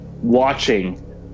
watching